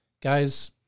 guys